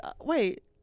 Wait